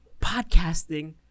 podcasting